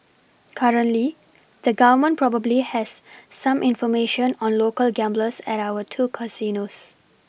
currently the Government probably has some information on local gamblers at our two casinos